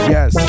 Yes